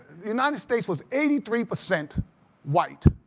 the united states was eighty three percent white.